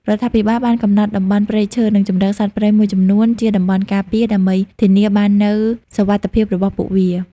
រដ្ឋាភិបាលបានកំណត់តំបន់ព្រៃឈើ និងជម្រកសត្វព្រៃមួយចំនួនជាតំបន់ការពារ ដើម្បីធានាបាននូវសុវត្ថិភាពរបស់ពួកវា។